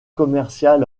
commercial